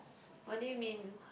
what do you mean